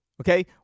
okay